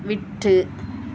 விட்டு